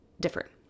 different